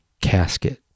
casket